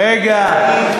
רגע,